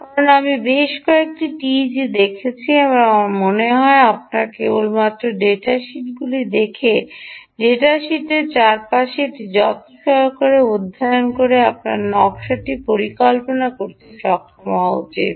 কারণ আমি বেশ কয়েকটি টিইজি দেখেছি এবং আমার মনে হয় আপনার কেবলমাত্র ডাটা শিটগুলি দেখে ডেটা শিটের চারপাশে এটি যত্ন সহকারে অধ্যয়ন করে আপনার নকশাটি পরিকল্পনা করতে সক্ষম হওয়া উচিত